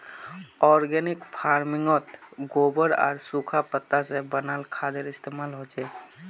organic फर्मिन्गोत गोबर आर सुखा पत्ता से बनाल खादेर इस्तेमाल होचे